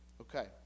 Okay